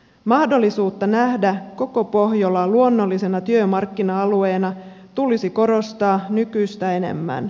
mahdollisuutta nähdä koko pohjola luonnollisena työmarkkina alueena tulisi korostaa nykyistä enemmän